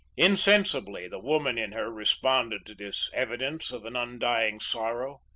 insensibly, the woman in her responded to this evidence of an undying sorrow,